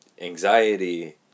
anxiety